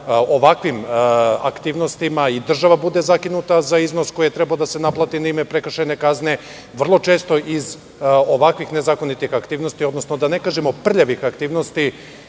ovakvim aktivnostima i država bude zakinuta za iznos koji je trebalo da se naplati na ime prekršajne kazne. Vrlo često iz ovakvih nezakonitih aktivnosti, odnosno da ne kažemo prljavih aktivnosti